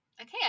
Okay